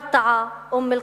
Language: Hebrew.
ברטעה, אום-אל-קוטוף.